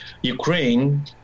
Ukraine